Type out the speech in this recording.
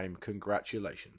congratulations